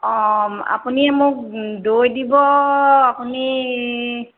অঁ আপুনি মোক দৈ দিব আপুনি